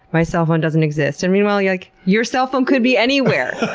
my cell phone doesn't exist. and meanwhile, you're like, your cell phone could be anywhere!